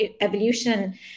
evolution